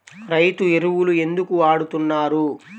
రైతు ఎరువులు ఎందుకు వాడుతున్నారు?